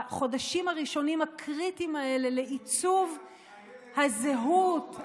בחודשים הראשונים הקריטיים האלה לעיצוב הזהות,